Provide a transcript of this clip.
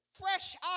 Fresh